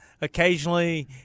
occasionally